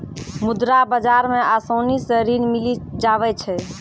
मुद्रा बाजार मे आसानी से ऋण मिली जावै छै